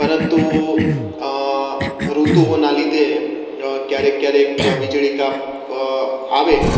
પરંતુ ઋતુઓનાં લીધે ક્યારેક ક્યારેક વીજળી કાપ આવે